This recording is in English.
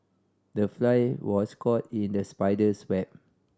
the fly was caught in the spider's web